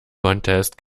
contest